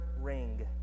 Ring